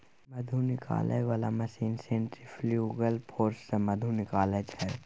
मधु निकालै बला machine centrifugal force सँ मधु निकालै छै